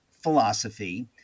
philosophy